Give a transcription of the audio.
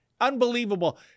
Unbelievable